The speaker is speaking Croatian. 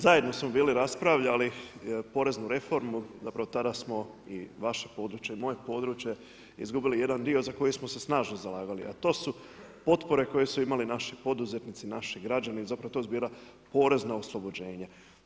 Zajedno smo bili raspravljali o poreznoj reformi, zapravo tada i vaše područje i moje područje, izgubili jedan dio za koji smo se snažno zalagali a to su potpore koje su imali naši poduzetnici i naši građani, zapravo to su bila porezna oslobođenja.